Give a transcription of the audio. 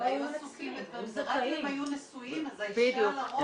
הם היו עסוקים --- רק אם הם היו נשואים אז האישה לרוב